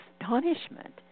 astonishment